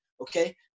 okay